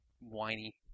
whiny